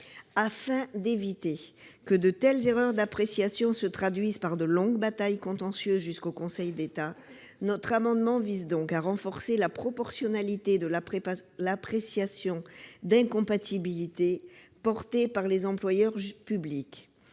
Afin d'éviter que de telles erreurs d'appréciation ne se traduisent par de longues batailles contentieuses jusqu'au Conseil d'État, notre amendement vise à renforcer la proportionnalité de l'appréciation d'incompatibilité portée par les employeurs publics.